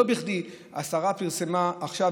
לא בכדי השרה פרסמה עכשיו,